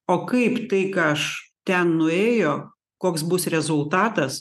o kaip tai ką aš ten nuėjo koks bus rezultatas